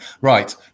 Right